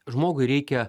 žmogui reikia